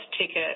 ticket